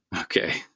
Okay